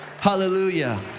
Hallelujah